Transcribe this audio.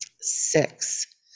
six